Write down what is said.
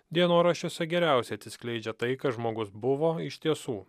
dienoraščiuose geriausiai atsiskleidžia tai kas žmogus buvo iš tiesų